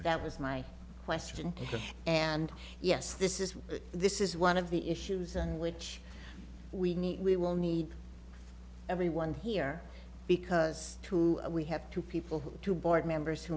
that was my question and yes this is this is one of the issues and which we need we will need everyone here because two we have two people who are two board members who